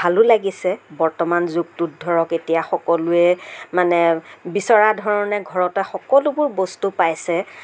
ভালো লাগিছে বৰ্তমান যুগটোত ধৰক এতিয়া সকলোৱে মানে বিচৰা ধৰণে ঘৰতে সকলোবোৰ বস্তু পাইছে